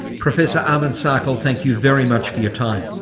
professor amin saikal thank you very much for your time.